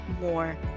more